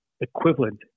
equivalent